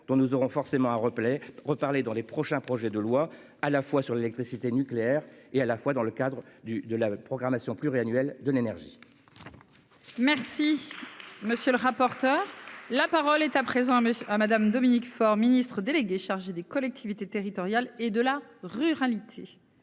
dont nous aurons forcément un replay reparler dans les prochains projets de loi à la fois sur l'électricité nucléaire et à la fois dans le cadre du de la programmation pluriannuelle de l'énergie.-- Merci monsieur le rapporteur. La parole est à présent à à Madame Dominique Faure Ministre délégué chargé des collectivités territoriales et de la ruralité.--